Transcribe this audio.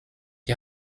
die